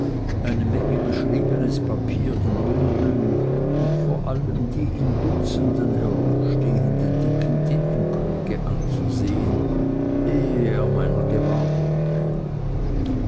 eine menge beschriebenes papier in bündeln und vor allem die in dutzenden herumstehenden dicken tintenkrüge anzusehen ehe er meiner gewahr wurde